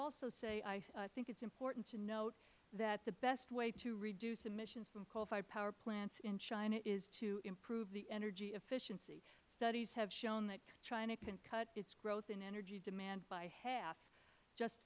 also say that i think it is important to note that the best way to reduce emissions from coal fired power plants in china is to improve the energy efficiency studies have shown that china can cut its growth in energy demands by half just